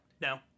No